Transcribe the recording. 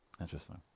Interesting